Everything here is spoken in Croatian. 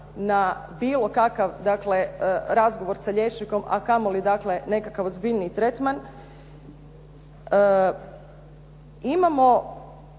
na bilo kakav dakle razgovor sa liječnikom a kamoli dakle nekakav ozbiljniji tretman.